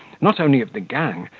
not only of the gang,